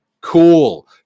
cool